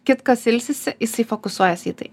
kitkas ilsisi jisai fokusuojasi į tai